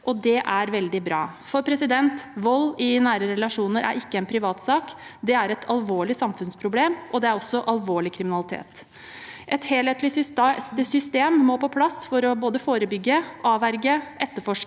Det er veldig bra, for vold i nære relasjoner er ikke en privatsak. Det er et alvorlig samfunnsproblem, og det er også alvorlig kriminalitet. Et helhetlig system må på plass for å både forebygge, avverge, etterforske